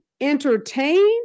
entertain